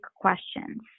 questions